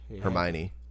Hermione